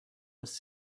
was